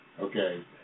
Okay